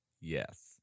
yes